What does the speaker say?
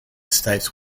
states